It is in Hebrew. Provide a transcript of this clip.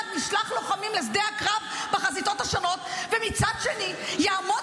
נשלח לוחמים לשדה הקרב בחזיתות השונות ומצד שני יעמוד